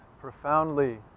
profoundly